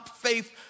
faith